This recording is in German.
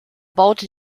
baute